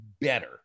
better